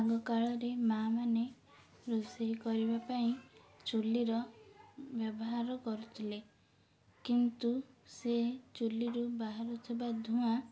ଆଗକାଳରେ ମାଆ ମାନେ ରୋଷେଇ କରିବା ପାଇଁ ଚୁଲିର ବ୍ୟବହାର କରୁଥିଲେ କିନ୍ତୁ ସେ ଚୁଲିରୁ ବାହାରୁଥିବା ଧୂଆଁ